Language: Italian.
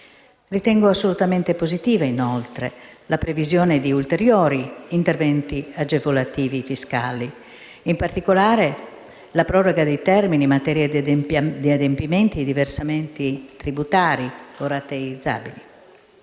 Ritengo assolutamente positiva, inoltre, la previsione di ulteriori interventi agevolativi fiscali: in particolare, la proroga dei termini in materia di adempimenti e versamenti tributari o la